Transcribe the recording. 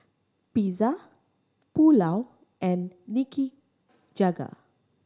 Pizza Pulao and Nikujaga